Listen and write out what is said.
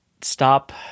stop